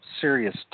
serious